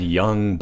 young